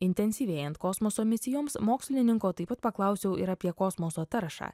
intensyvėjant kosmoso misijoms mokslininko taip pat paklausiau ir apie kosmoso taršą